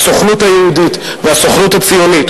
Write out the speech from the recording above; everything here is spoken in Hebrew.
הסוכנות היהודית והסוכנות הציונית,